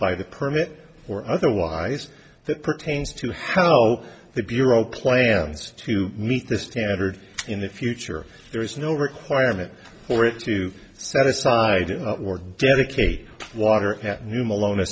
by the permit or otherwise that pertains to how the bureau plans to meet the standard in the future there is no requirement for it to set aside or dedicate water at new malon